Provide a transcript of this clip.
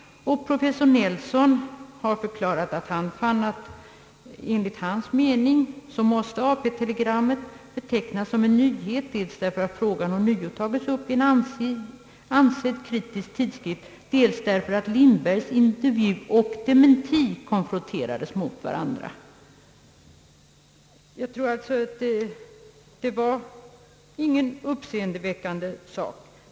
Professor Nelson har förklarat att AP-telegrammet enligt hans mening måste betecknas såsom en nyhet, dels därför att frågan ånyo tagits upp i en ansedd kritisk tidskrift och dels därför att Lindbergs intervju och dementi konfronterades mot varandra. Jag tror alltså inte att detta var någonting uppseendeväckande.